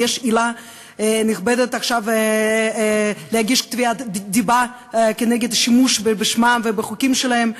יש עילה נכבדת עכשיו להגיש תביעת דיבה על שימוש בשמם ובחוקים שלהם,